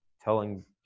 telling